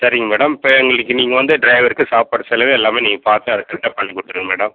சரிங்க மேடம் இப்போ எங்களுக்கு நீங்கள் வந்து ட்ரைவருக்கு சாப்பாடு செலவு எல்லாமே நீங்கள் பார்த்து அதை கரெக்டா பண்ணி கொடுத்துருங்க மேடம்